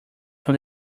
from